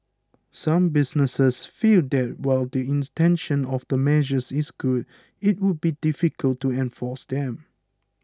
some businesses feel that while the intention of the measures is good it would be difficult to enforce them